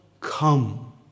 come